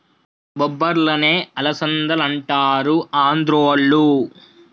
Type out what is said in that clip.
బొబ్బర్లనే అలసందలంటారు ఆంద్రోళ్ళు